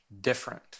Different